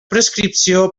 prescripció